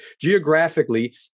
Geographically